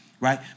right